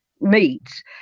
meats